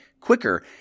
quicker